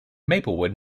maplewood